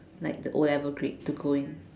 like the O-level grade to go in